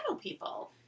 people